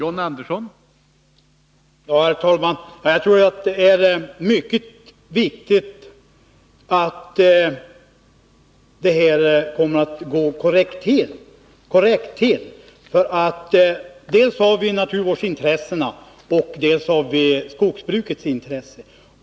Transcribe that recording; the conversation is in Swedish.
Herr talman! Jag tror att det är mycket viktigt att det går korrekt till i detta avseende dels med tanke på naturvårdsintressena, dels med tanke på skogsbrukets intressen.